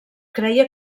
creia